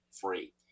free